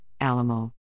Alamo